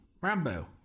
Rambo